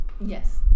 Yes